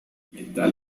metal